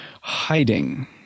hiding